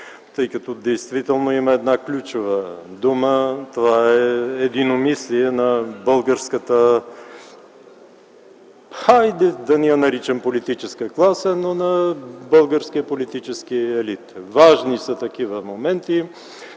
тъй като има една ключова дума – това е „единомислие” на българската, хайде да не я наричам политическа класа, но на българския политически елит. Важни са такива моменти.